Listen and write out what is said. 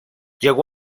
llegó